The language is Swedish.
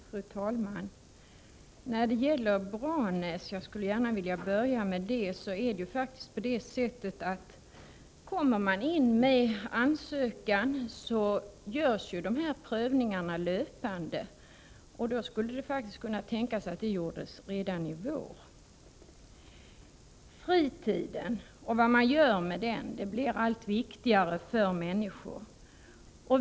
Fru talman! När det gäller Branäsprojektet — jag skulle gärna vilja börja med det — förhåller det sig på det sättet, att prövningarna görs löpande när man kommer in med ansökan. Det skulle faktiskt kunna tänkas ske redan i vår. Fritiden och vad man gör med den blir allt viktigare för människor.